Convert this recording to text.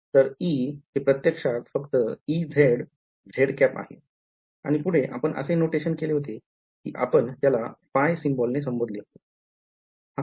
तर E हे प्रत्यक्षात फक्त Ez आहे आणि पुढे आपण असे नोटेशन केले होते कि आपण त्याला फाय सिम्बॉल ने संबोधले होते